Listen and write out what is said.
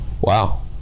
Wow